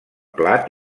plat